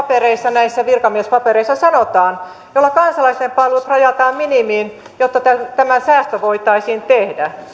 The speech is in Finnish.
näissä virkamiespapereissa sanotaan jolla kansalaisten palvelut rajataan minimiin jotta tämä säästö voitaisiin tehdä